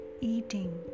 eating